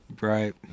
Right